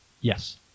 Yes